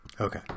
Okay